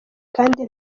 kandi